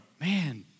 man